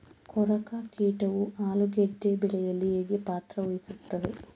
ಕೊರಕ ಕೀಟವು ಆಲೂಗೆಡ್ಡೆ ಬೆಳೆಯಲ್ಲಿ ಹೇಗೆ ಪಾತ್ರ ವಹಿಸುತ್ತವೆ?